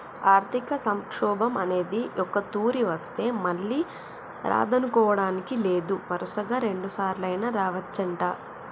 ఆర్థిక సంక్షోభం అనేది ఒక్కతూరి వస్తే మళ్ళీ రాదనుకోడానికి లేదు వరుసగా రెండుసార్లైనా రావచ్చంట